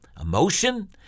emotion